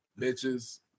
bitches